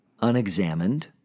unexamined